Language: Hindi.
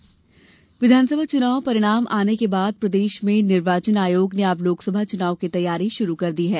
फोटो निर्वाचक नामावली विधानसभा चुनाव परिणाम आने के बाद प्रदेश में निर्वाचन आयोग ने अब लोकसभा चुनाव की तैयारी शुरू कर दी है